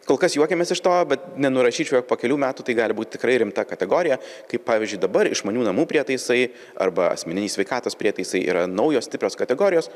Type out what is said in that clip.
kol kas juokiamės iš to bet nenurašyčiau jog po kelių metų tai gali būt tikrai rimta kategorija kaip pavyzdžiui dabar išmanių namų prietaisai arba asmeniniai sveikatos prietaisai yra naujos stiprios kategorijos